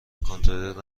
کنترلی